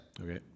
Okay